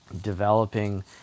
developing